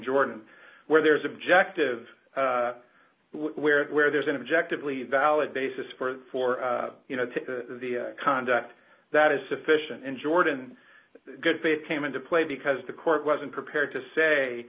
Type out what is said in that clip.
jordan where there is objective where where there's an objective leave valid basis for for you know the conduct that is sufficient in jordan good faith came into play because the court wasn't prepared to say